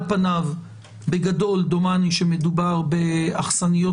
על פניו בגדול דומני שמדובר באכסניות